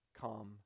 come